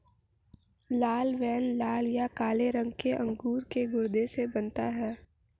लाल wine लाल या काले रंग के अंगूर के गूदे से बनता है